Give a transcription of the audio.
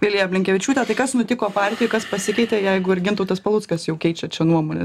vilija blinkevičiūtė tai kas nutiko partijai kas pasikeitė jeigu ir gintautas paluckas jau keičia čia nuomonę